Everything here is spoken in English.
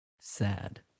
Sad